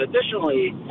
Additionally